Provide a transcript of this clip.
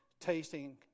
tasting